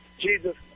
Jesus